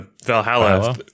Valhalla